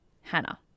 Hannah